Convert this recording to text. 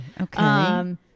Okay